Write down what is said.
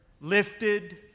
lifted